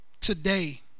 Today